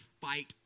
fight